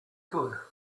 good